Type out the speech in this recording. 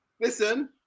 Listen